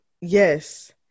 Yes